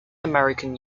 american